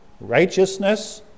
Righteousness